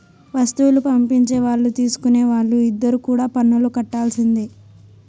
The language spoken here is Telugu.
వస్తువులు పంపించే వాళ్ళు తీసుకునే వాళ్ళు ఇద్దరు కూడా పన్నులు కట్టాల్సిందే